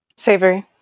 Savory